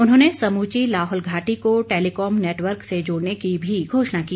उन्होंने समूची लाहौल घाटी को टेलीकॉम नेटवर्क से जोड़ने की भी घोषणा की